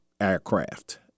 aircraft